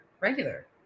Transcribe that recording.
regular